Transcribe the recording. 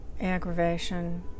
aggravation